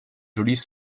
jolis